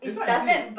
that's why I say